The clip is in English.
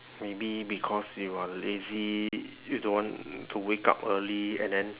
maybe because you are lazy you don't want to wake up early and then